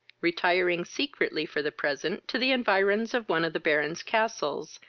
retiring secretly for the present to the environs of one of the baron's castles,